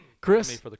Chris